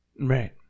right